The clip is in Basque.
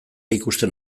ikusten